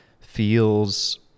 feels